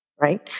right